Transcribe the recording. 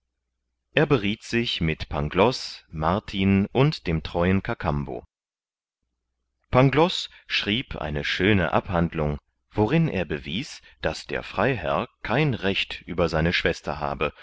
er berieth sich mit pangloß martin und dem treuen kakambo pangloß schrieb eine schöne abhandlung worin er bewies daß der freiherr kein recht über seine schwester habe